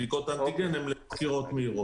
בדיקות אנטיגן הן --- מהירות.